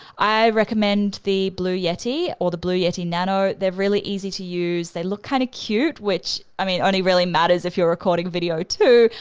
i recommend the blue yeti or the blue yeti nano. they're really easy to use, they look kinda kind of cute, which i mean only really matters if you're recording video too,